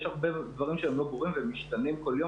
יש הרבה דברים שהם לא ברורים והם משתנים כל יום